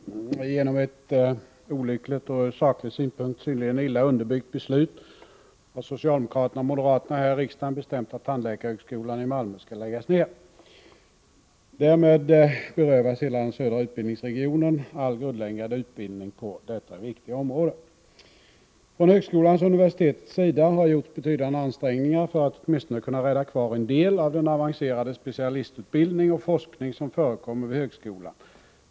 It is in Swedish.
Herr talman! Genom ett olyckligt och ur saklig synpunkt synnerligen illa underbyggt beslut har socialdemokraterna och moderaterna här i riksdagen bestämt att tandläkarhögskolan i Malmö skall läggas ned. Därmed berövas hela den södra utbildningsregionen all grundläggande utbildning på detta viktiga område. Från högskolans och universitetets sida har man gjort betydande ansträngningar för att åtminstone kunna rädda en del av den avancerade specialistutbildning och forskning som förekommer vid högskolan.